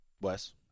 Wes